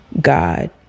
God